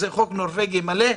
חוק נורווגי מלא,